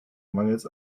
mangels